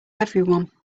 everyone